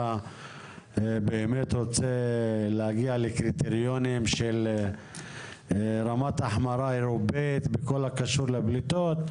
באמת רוצה להגיע לקריטריונים של רמת החמרה אירופאית בכל הקשור לפלטות,